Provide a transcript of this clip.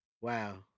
Wow